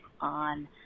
on